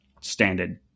standard